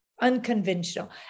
unconventional